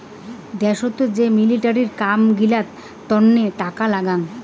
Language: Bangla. দ্যাশোতের যে মিলিটারির কাম গিলার তন্ন টাকা লাগাং